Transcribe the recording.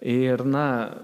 ir na